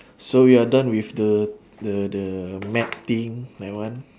so we are done with the the the map thing that one